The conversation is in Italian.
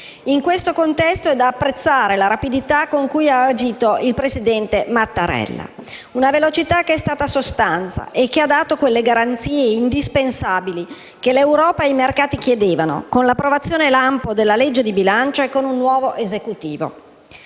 In questo contesto è da apprezzare la rapidità con cui ha agito il presidente Mattarella: una velocità che è stata sostanza e che ha dato quelle garanzie indispensabili che l'Europa e i mercati chiedevano, con l'approvazione lampo della legge di bilancio e con un nuovo Esecutivo.